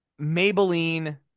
Maybelline